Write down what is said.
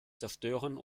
zerstören